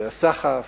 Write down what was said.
הסחף